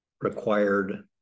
required